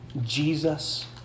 Jesus